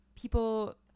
people